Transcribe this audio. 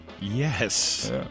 Yes